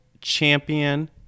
champion